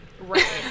right